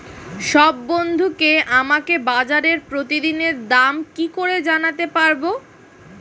সব বন্ধুকে আমাকে বাজারের প্রতিদিনের দাম কি করে জানাতে পারবো?